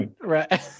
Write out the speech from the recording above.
right